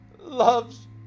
loves